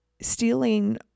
stealing